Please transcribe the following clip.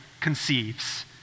conceives